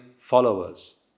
followers